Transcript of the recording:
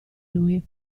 lui